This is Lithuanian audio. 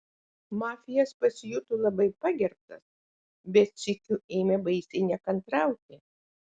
mafijas pasijuto labai pagerbtas bet sykiu ėmė baisiai nekantrauti